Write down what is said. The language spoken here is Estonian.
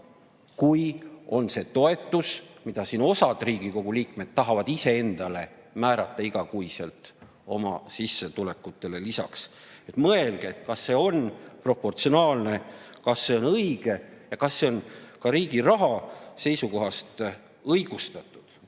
kui on see toetus, mida siin osa Riigikogu liikmeid tahab iseendale määrata oma igakuisele sissetulekule lisaks. Mõelge, kas see on proportsionaalne, kas see on õige ja kas see on ka riigi raha seisukohast õigustatud.